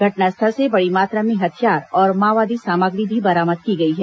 घटनास्थल से बड़ी मात्रा में हथियार और माओवादी सामग्री भी बरामद की गई है